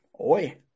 Oi